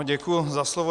Děkuji za slovo.